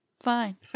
fine